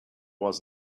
was